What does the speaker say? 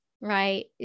right